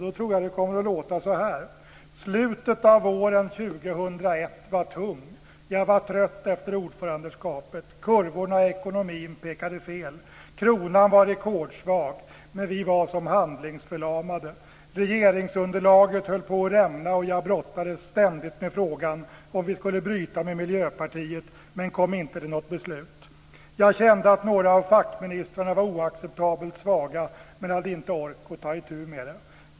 Då tror jag att det kommer att låta så här: "Slutet av våren 2001 var tung. Jag var trött efter ordförandeskapet. Kurvorna i ekonomin pekade fel. Kronan var rekordsvag. Men vi var som handlingsförlamade. Regeringsunderlaget höll på att rämna, och jag brottades ständigt med frågan om vi skulle bryta med Miljöpartiet men kom inte till något beslut. Jag kände att några av fackministrarna var oacceptabelt svaga men hade inte ork att ta itu med det.